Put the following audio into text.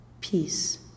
Peace